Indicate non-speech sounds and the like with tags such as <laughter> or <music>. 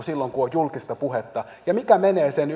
<unintelligible> silloin kun on julkista puhetta ja mikä menee yli sen <unintelligible>